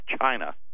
China